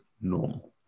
normal